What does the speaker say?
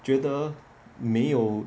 觉得没有